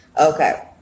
Okay